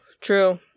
true